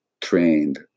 trained